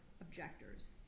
objectors